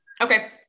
Okay